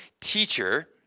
teacher